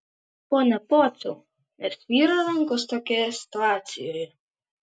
pone pociau nesvyra rankos tokioje situacijoje